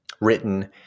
written